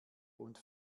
und